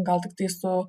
gal tiktai su